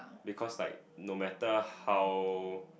because like no matter how